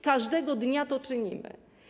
Każdego dnia to czynimy.